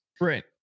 Right